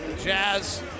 Jazz